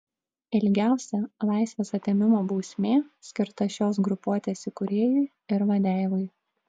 ilgiausia laisvės atėmimo bausmė skirta šios grupuotės įkūrėjui ir vadeivai